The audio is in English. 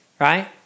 right